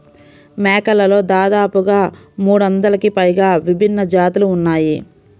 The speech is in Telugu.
మేకలలో దాదాపుగా మూడొందలకి పైగా విభిన్న జాతులు ఉన్నాయి